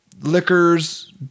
liquors